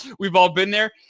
we've all been there.